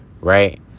right